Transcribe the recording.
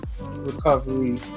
recovery